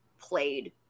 played